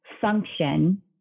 function